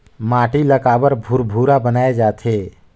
माटी ला काबर भुरभुरा बनाय जाथे?